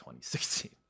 2016